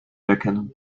erkennen